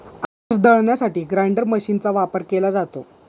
अनाज दळण्यासाठी ग्राइंडर मशीनचा वापर केला जातो